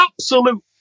absolute